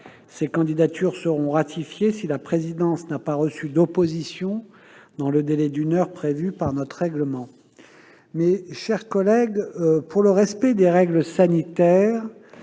Ces candidatures seront ratifiées si la présidence n'a pas reçu d'opposition dans le délai d'une heure prévu par notre règlement. Monsieur le ministre, mes chers collègues, pour le respect des règles sanitaires,